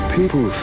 People